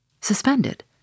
Suspended